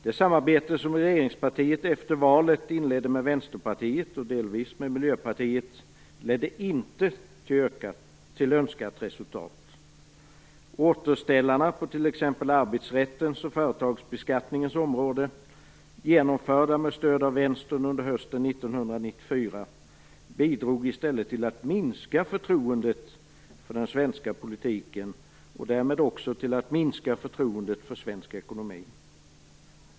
Det samarbete som regeringspartiet efter valet inledde med Vänsterpartiet, och delvis med Miljöpartiet, ledde inte till önskat resultat. Återställarna på t.ex. arbetsrättens och företagsbeskattningens område som genomfördes med stöd av vänstern under hösten 1994 bidrog i stället till att minska förtroendet för den svenska politiken och därmed också till att minska förtroendet för svensk ekonomi.